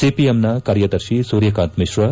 ಸಿಪಿಎಂನ ಕಾರ್ಯದರ್ಶಿ ಸೂರ್ಯಕಾಂತ ಮಿಶ್ರಾ